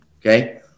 Okay